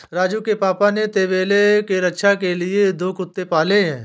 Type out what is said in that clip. राजू के पापा ने तबेले के रक्षा के लिए दो कुत्ते पाले हैं